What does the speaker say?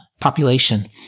population